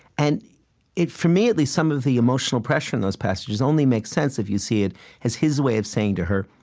and for me, at least, some of the emotional pressure in those passages only makes sense if you see it as his way of saying to her,